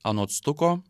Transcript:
anot stuko